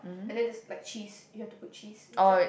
and then just like cheese you have to put cheese inside